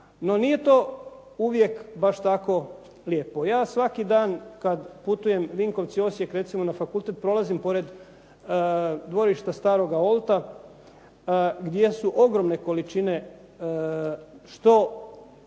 No, nije to uvijek baš tako lijepo. Ja svaki dan kad putujem Vinkovci-Osijek recimo na fakultet prolazim pored dvorišta staroga Olta gdje su ogromne količine što